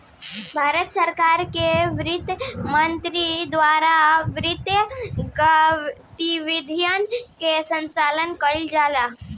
भारत सरकार के बित्त मंत्रालय द्वारा वित्तीय गतिविधियन के संचालन कईल जाला